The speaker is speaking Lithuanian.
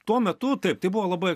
tuo metu taip tai buvo labai